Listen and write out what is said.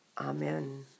Amen